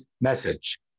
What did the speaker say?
message